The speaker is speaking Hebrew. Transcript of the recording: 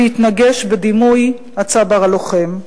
שהתנגש בדימוי הצבר הלוחם.